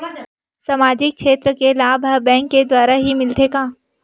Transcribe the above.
सामाजिक क्षेत्र के लाभ हा बैंक के द्वारा ही मिलथे का?